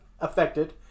affected